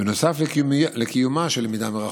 בנוסף לקיומה של למידה מרחוק.